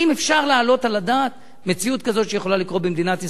האם אפשר להעלות על הדעת מציאות כזאת שיכולה לקרות במדינת ישראל?